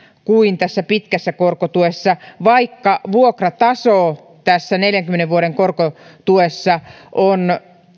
kuin tässä pitkässä korkotuessa vaikka vuokrataso tässä neljänkymmenen vuoden korkotuessa on